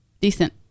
Decent